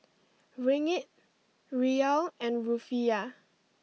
Ringgit Riyal and Rufiyaa